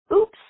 oops